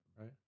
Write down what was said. Right